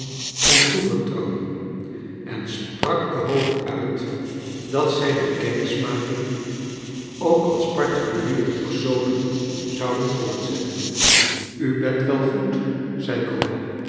kon toevertrouwen en sprak de hoop uit dat zij de kennismaking ook als particuliere personen zouden voortzetten u bent wel goed